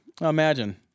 imagine